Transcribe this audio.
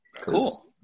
Cool